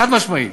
חד-משמעית.